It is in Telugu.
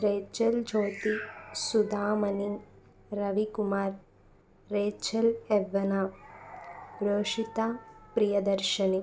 Rachel Jyothi Sudhamani Ravikumar Rachel Reuben Roshitha Priyadarshini